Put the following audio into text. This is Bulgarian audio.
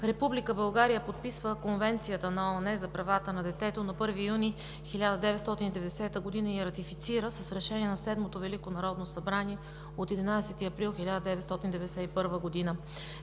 Република България подписва Конвенцията на ООН за правата на детето на 1 юни 1990 г. и я ратифицира с решение на Седмото велико народно събрание от 11 април 1991 г.